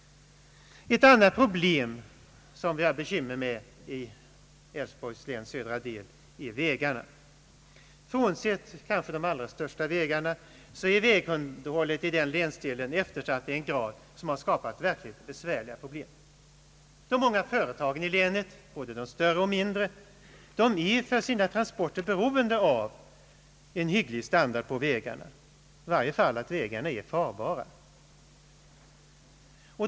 Ett annat problem, som vi har bekymmer med i Älvsborgs läns södra del, är vägarna. Frånsett kanske de allra största vägarna är vägunderhållet i den länsdelen eftersatt till den grad, att det har skapat verkligt besvärliga problem. Många företag i länet — både större och mindre är för sina transporter beroende av en hygglig standard på vägarna. I varje fall mås te vägarna vara farbara.